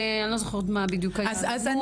אני לא זוכרת מה בדיוק היה הדיווח.